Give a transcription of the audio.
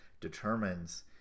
determines